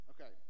Okay